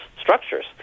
structures